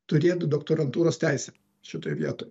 turėt doktorantūros teisę šitoj vietoj